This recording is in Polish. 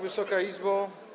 Wysoka Izbo!